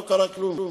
לא קרה כלום.